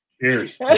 Cheers